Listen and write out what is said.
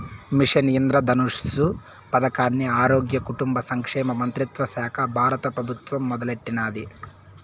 machine Indradhanush పదకాన్ని ఆరోగ్య, కుటుంబ సంక్షేమ మంత్రిత్వశాక బారత పెబుత్వం మొదలెట్టినాది